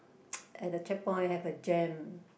at the checkpoint have a jam